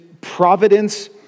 providence